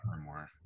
more